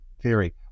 theory